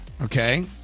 okay